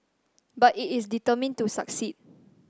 but it is determined to succeed